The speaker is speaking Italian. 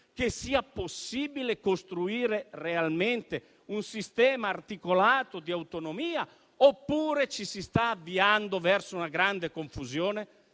che sia possibile costruire realmente un sistema articolato di autonomia oppure ci si sta avviando verso una grande confusione?